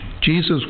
Jesus